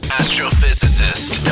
astrophysicist